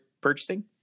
purchasing